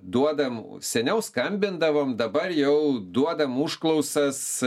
duodam seniau skambindavom dabar jau duodam užklausas